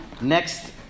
next